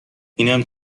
اینم